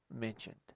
mentioned